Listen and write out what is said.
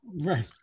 Right